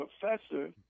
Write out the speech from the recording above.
professor